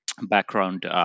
background